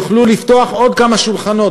יוכלו לפתוח עוד כמה שולחנות,